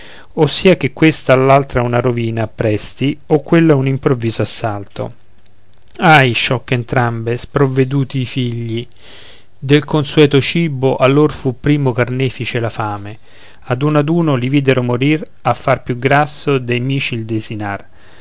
sia che questa all'altra una rovina appresti o quella un improvviso assalto ahi sciocche entrambe sprovveduti i figli del consueto cibo a lor fu primo carnefice la fame ad uno ad uno li videro morire a far più grasso dei mici il desinar